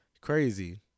Crazy